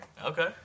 okay